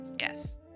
Yes